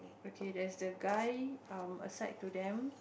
okay there's the guy um aside to them